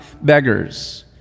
beggars